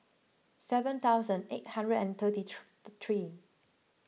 seven thousand eight hundred and sixty three three